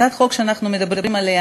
הצעת החוק שאנחנו מדברים עליה